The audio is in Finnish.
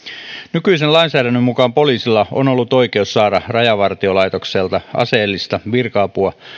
nykyisen lainsäädännön mukaan poliisilla on ollut oikeus saada rajavartiolaitokselta aseellista virka apua